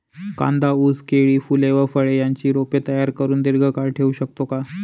कांदा, ऊस, केळी, फूले व फळे यांची रोपे तयार करुन दिर्घकाळ ठेवू शकतो का?